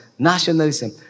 nationalism